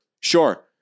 Sure